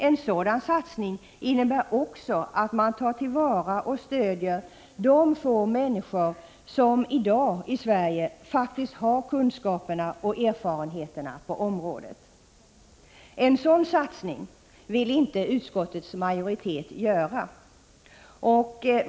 En sådan satsning innebär också att man tar till vara och stödjer de få människor som i dag i Sverige har kunskaperna och erfarenheterna på området. En sådan satsning vill dock inte utskottets majoritet göra.